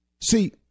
See